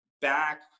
back